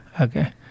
Okay